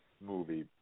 movie